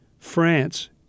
france